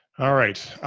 alright.